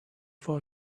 for